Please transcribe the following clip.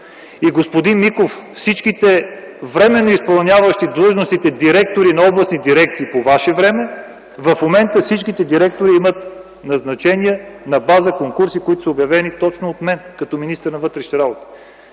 Господин Миков, всичките временно изпълняващи длъжността „директор” на областни дирекции по Ваше време, в момента всички имат назначения на база конкурси, които са обявени точно от мен, като министър на вътрешните работи.